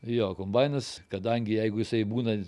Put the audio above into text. jo kombainas kadangi jeigu jisai būna